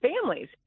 families